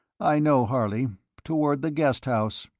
i know, harley toward the guest house.